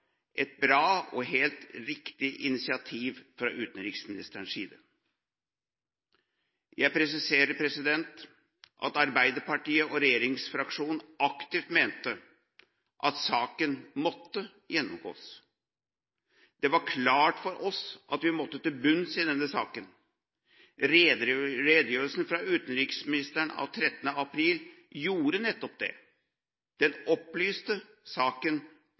et bra og helt riktig initiativ fra utenriksministerens side. Jeg presiserer at Arbeiderpartiet og regjeringsfraksjonen aktivt mente at saken måtte gjennomgås. Det var klart for oss at vi måtte til bunns i denne saken. Redegjørelsen fra utenriksministeren av 13. april gjorde nettopp det – den opplyste saken